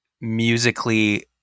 musically